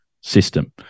system